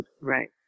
Right